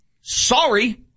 Sorry